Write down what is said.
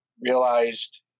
realized